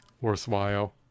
worthwhile